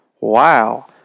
Wow